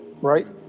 right